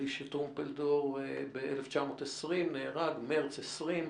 נדמה לי שטרומפלדור נהרג ב-1920, מרץ 1920,